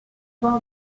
voir